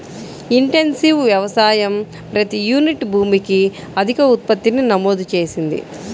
intensive వ్యవసాయం ప్రతి unit భూమికి అధిక ఉత్పత్తిని నమోదు చేసింది